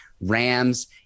Rams